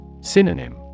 Synonym